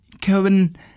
Kevin